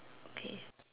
okay